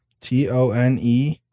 T-O-N-E